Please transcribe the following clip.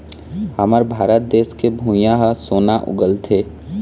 हमर भारत देस के भुंइयाँ ह सोना उगलथे